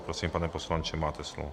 Prosím, pane poslanče, máte slovo.